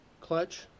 clutch